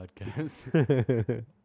podcast